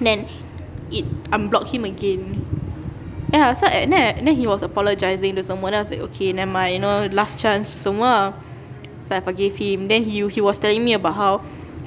then it unblock him again ya so and then then he was apologising tu semua then I was like okay never mind you know last chance tu semua so I forgive him then he he was telling me about how